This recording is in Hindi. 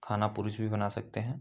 खाना पुरुष भी बना सकते हैं